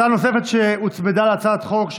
הצעה נוספת שהוצמדה להצעת החוק היא הצעת